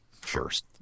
first